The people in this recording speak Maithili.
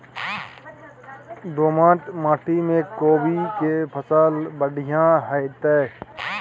दोमट माटी में कोबी के फसल बढ़ीया होतय?